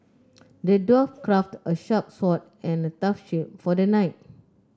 the dwarf craft a sharp sword and a tough shield for the knight